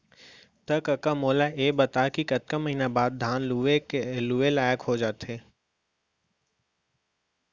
त कका मोला ये बता कि कतका महिना बाद धान ह लुए लाइक हो जाथे?